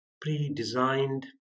pre-designed